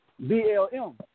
BLM